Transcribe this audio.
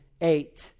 eight